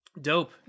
dope